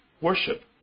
worship